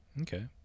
Okay